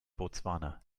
botswana